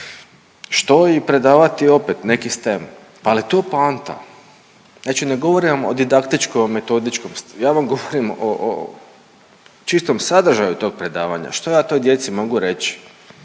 što i predavati opet neki STEM. Ali to je poanta, znači ne govorim o didaktičko-metodičkom ja vam govorim o čistom sadržaju tog predavanja što ja toj djeci mogu reći